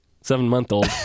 seven-month-old